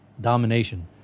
domination